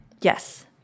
Yes